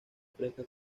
fresca